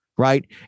Right